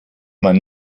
man